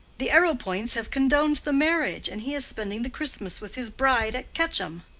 the arrowpoints have condoned the marriage, and he is spending the christmas with his bride at quetcham.